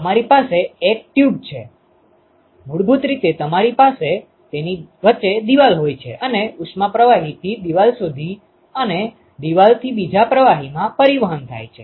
તમારી પાસે એક ટ્યુબ છે મૂળભૂત રીતે તમારી પાસે તેની વચ્ચે દિવાલ હોય છે અને ઉષ્મા પ્રવાહીથી દિવાલ સુધી અને દિવાલથી બીજા પ્રવાહીમાં પરિવહન થાય છે